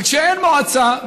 וכשאין מועצה,